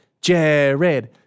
Jared